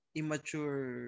immature